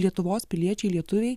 lietuvos piliečiai lietuviai